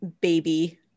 baby